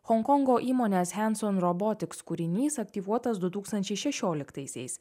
honkongo įmonės hencon robotiks kūrinys aktyvuotas du tūkstančiai šešioliktaisiais